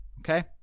Okay